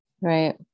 Right